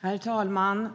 Herr talman!